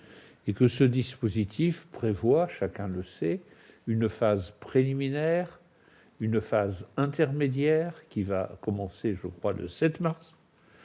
et que ce dispositif prévoit, chacun le sait, une phase préliminaire, une phase intermédiaire, qui va commencer le 7 mars,